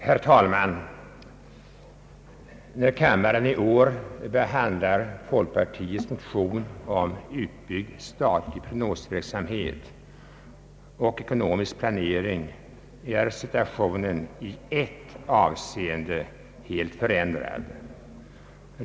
Herr talman! När kammaren i år behandlar folkpartiets motion om utbyggd statlig prognosverksamhet och ekonomisk planering är situationen i ett avseende helt förändrad.